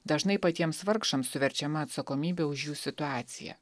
dažnai patiems vargšams suverčiama atsakomybė už jų situaciją